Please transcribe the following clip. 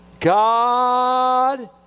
God